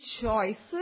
choices